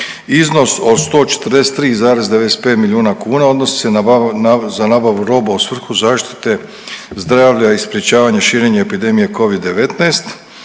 Iznos od 143,95 milijuna kuna odnosi se za nabavu roba, a u svrhu zaštite zdravlja i sprječavanja širenja epidemije covid-19.